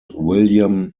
william